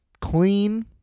clean